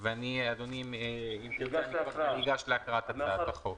אדוני, אגש להקראת הצעת החוק.